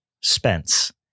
Spence